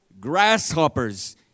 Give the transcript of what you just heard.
grasshoppers